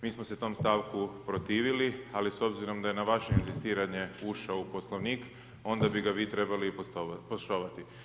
Mi smo se tom stavku protivili, ali s obzirom da je na vaše inzistiranje ušao u Poslovnik, onda bi ga vi trebali i poštovati.